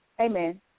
Amen